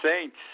saints